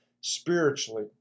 spiritually